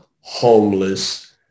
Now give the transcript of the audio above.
homeless